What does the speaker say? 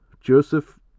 Joseph